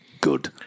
good